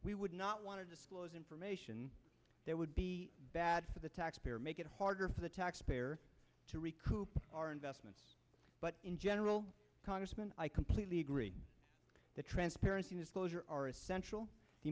we would not want to disclose in for me that would be bad for the taxpayer make it harder for the taxpayer to recoup our investment but in general congressman i completely agree the transparency disclosure are essential the